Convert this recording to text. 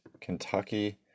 Kentucky